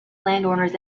landowners